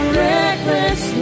reckless